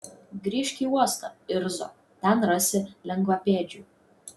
grįžk į uostą irzo ten rasi lengvapėdžių